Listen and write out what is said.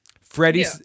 Freddie